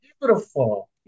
Beautiful